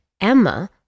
Emma